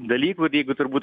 dalykų ir jeigu turbūt